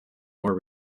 more